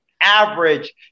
average